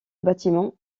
bâtiment